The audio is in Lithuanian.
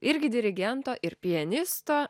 irgi dirigento ir pianisto